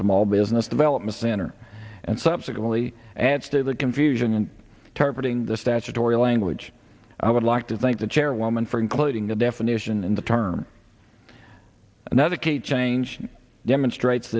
small business development center and subsequently adds to the confusion and targeting the statutory language i would like to thank the chairwoman for including the definition in the term and that a key change demonstrates